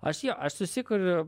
aš jo aš susikuriu